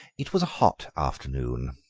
it was a hot afternoon,